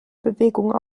bewegung